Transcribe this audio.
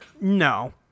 No